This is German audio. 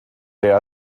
der